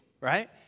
right